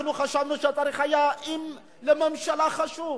אנחנו חשבנו שצריך היה, אם לממשלה חשוב,